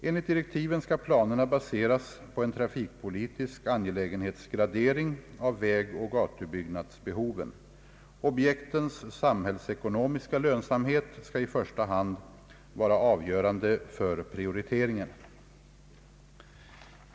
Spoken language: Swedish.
Enligt direktiven skall planerna ba seras på en trafikpolitisk angelägenhetsgradering av vägoch gatubyggnadsbehoven. Objektens samhällsekonomiska lönsamhet skall i första hand vara avgörande för prioriteringen.